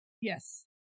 Yes